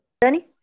Danny